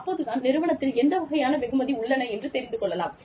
அப்போது தான் நிறுவனத்தில் எந்த வகையான வெகுமதி உள்ளன என்று தெரிந்து கொள்ளலாம்